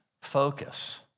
focus